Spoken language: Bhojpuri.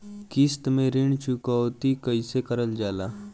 किश्त में ऋण चुकौती कईसे करल जाला?